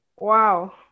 Wow